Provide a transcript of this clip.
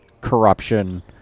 corruption